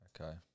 okay